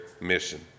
mission